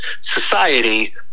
society